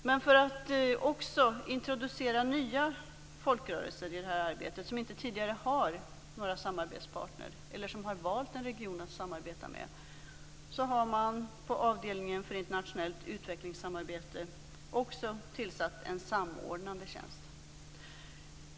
Men för att också introducera nya folkrörelser i detta arbete, som inte tidigare har några samarbetspartner, eller som har valt en region att samarbeta med, har man på avdelningen för internationellt utvecklingssamarbete också tillsatt en samordnande tjänst.